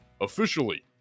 officially